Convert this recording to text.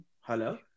Hello